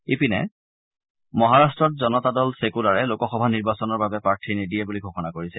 ইপিনে মহাৰট্টত জনতা দল ছেকলাৰে লোকসভা নিৰ্বাচনৰ বাবে প্ৰাৰ্থী নিদিয়ে বুলি ঘোষণা কৰিছে